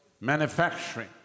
manufacturing